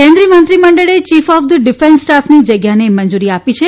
કેન્દ્રિય મંત્રીમંડળ chief of the defence સ્ટાફની જગ્યાને મંજૂરી આપી છે